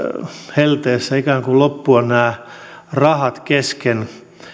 helteessä ikään kuin loppua nämä rahat kesken